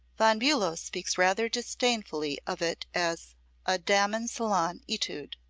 von bulow speaks rather disdainfully of it as a damen-salon etude.